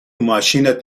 ماشینت